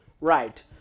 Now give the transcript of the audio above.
Right